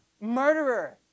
murderer